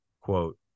quote